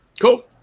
Cool